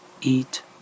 eat